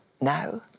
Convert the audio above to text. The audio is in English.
now